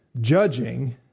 judging